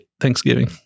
Thanksgiving